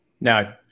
Now